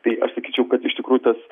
tai aš sakyčiau kad iš tikrųjų tas